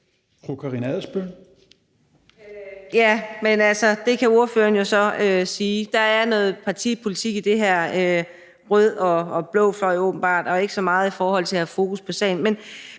Ja, det kan ordføreren så sige. Der er noget partipolitik i det her omkring rød og blå fløj åbenbart og ikke så meget i forhold til at have fokus på sagen.